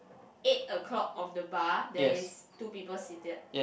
eight o-clock of the bar there is two people seated